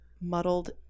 muddled